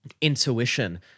intuition